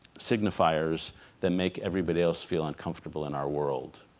signifiers that make everybody else feel uncomfortable in our world